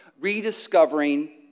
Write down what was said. Rediscovering